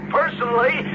personally